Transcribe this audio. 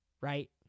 Right